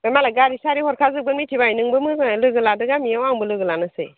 मालाय गारि सारि हरखाजोबगोन मिथिबाय नोंबो लोगो लादो गामियाव आंबो लोगो लानोसै